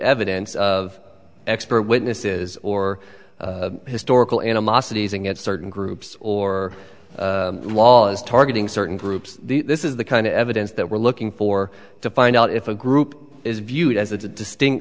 evidence of expert witnesses or historical animosities and yet certain groups or laws targeting certain groups this is the kind of evidence that we're looking for to find out if a group is viewed as a distinct